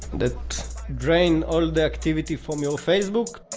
that drain all the activity from your facebook.